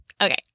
Okay